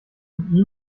wie